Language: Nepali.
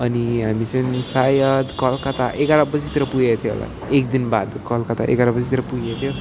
अनि हामी चाहिँ सायद कलकत्ता एघार बजेतिर पुगेको थियो होला एकदिनबाद कलकत्ता एघार बजेतिर पुगेको थियो